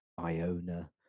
Iona